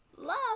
love